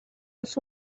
els